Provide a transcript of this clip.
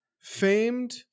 famed